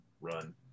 run